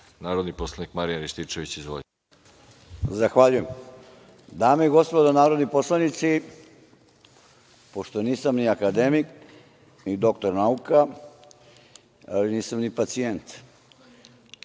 Izvolite. **Marijan Rističević** Zahvaljujem. Dame i gospodo narodni poslanici, pošto nisam ni akademik, ni doktor nauka, ali nisam ni pacijent,